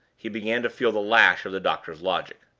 he began to feel the lash of the doctor's logic.